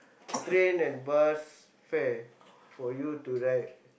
train and bus fare for you to ride